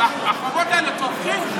החובות האלה תופחים.